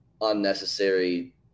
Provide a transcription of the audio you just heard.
unnecessary